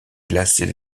glacée